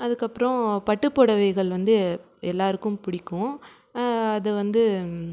அதுக்கப்புறம் பட்டு புடவைகள் வந்து எல்லோருக்கும் பிடிக்கும் அது வந்து